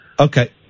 Okay